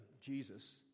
Jesus